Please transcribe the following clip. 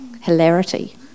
Hilarity